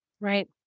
Right